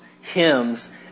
hymns